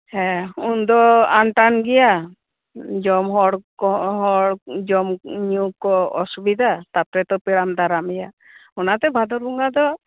ᱦᱮᱸ ᱩᱱ ᱫᱚ ᱟᱱᱴᱟᱱ ᱜᱮᱭᱟ ᱡᱚᱢ ᱦᱚᱲ ᱠᱚ ᱦᱚᱲ ᱠᱚ ᱡᱚᱢ ᱧᱩ ᱠᱚ ᱚᱥᱩᱵᱤᱛᱟ ᱛᱟᱼᱯᱚᱨᱮ ᱛᱚ ᱯᱮᱲᱟᱢ ᱫᱟᱨᱟᱢᱮᱭᱟ ᱚᱱᱟ ᱛᱮ ᱵᱷᱟᱫᱚᱨ ᱵᱚᱸᱜᱟ ᱫᱚ